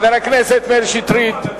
חבר הכנסת מאיר שטרית,